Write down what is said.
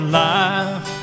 life